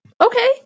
Okay